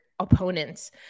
opponents